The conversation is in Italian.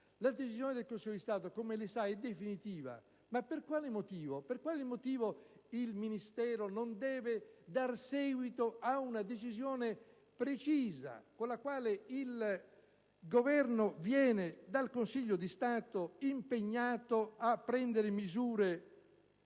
La decisione del Consiglio di Stato, come lei sa, è definitiva. Ma per quale motivo il Ministero non deve dar seguito a una decisione precisa, con la quale il Governo viene dal Consiglio di Stato impegnato a prendere misure....